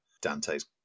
Dante's